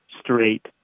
straight